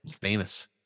Famous